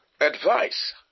advice